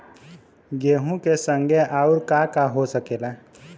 गेहूँ के संगे आऊर का का हो सकेला?